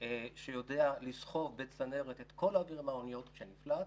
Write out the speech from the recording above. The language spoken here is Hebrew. שיודע לסחוב בצנרת את כל האוויר מהאוניות שהוא נפלט,